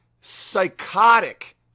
psychotic